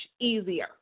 easier